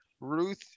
Ruth